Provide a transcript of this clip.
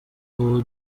ubu